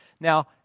Now